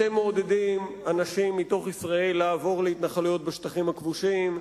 אתם מעודדים אנשים מתוך ישראל לעבור להתנחלויות בשטחים הכבושים.